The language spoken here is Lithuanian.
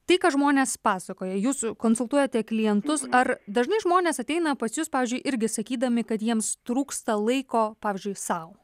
tai ką žmonės pasakoja jūs konsultuojate klientus ar dažnai žmonės ateina pas jus pavyzdžiui irgi sakydami kad jiems trūksta laiko pavyzdžiui sau